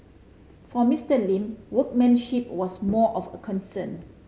for Mister Lin workmanship was more of a concern